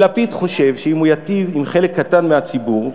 ולפיד חושב שאם הוא ייטיב עם חלק קטן מהציבור,